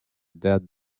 dead